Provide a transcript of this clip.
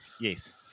Yes